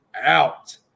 out